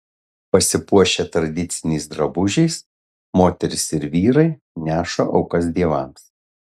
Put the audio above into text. pasipuošę tradiciniais drabužiais moterys ir vyrai neša aukas dievams